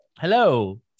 hello